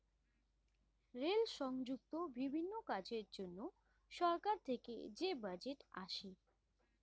rail সংযুক্ত বিভিন্ন কাজের জন্য সরকার থেকে যে বাজেট আসে